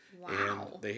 Wow